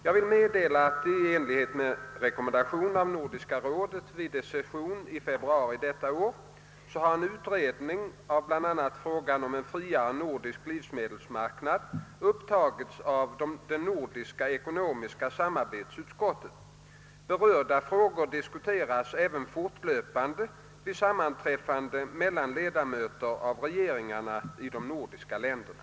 Jag vill meddela att i enlighet med rekommendation av Nordiska rådet vid dess session i februari detta år en utredning av bl.a. frågan om en friare nordisk livsmedelsmarknad har upptagits av det nordiska ekonomiska samarbetsutskottet. Berörda frågor diskuteras även fortlöpande vid sammanträffanden mellan ledamöter av regeringarna i de nordiska länderna.